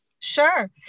Sure